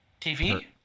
TV